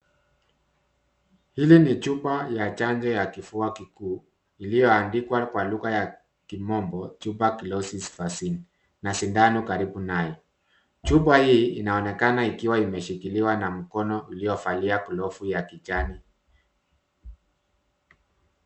Hili ni chupa ya chanjo ya kifua kikuu, iliyoandikwa kwa lugha ya kimombo, Tuberclosis Vaccine, na sindano karibu nayo. Chupa hii inaonekana ikiwa imeshikiliwa na mkono uliovalia glovu ya kijani.